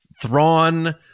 Thrawn